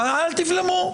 אל תבלמו.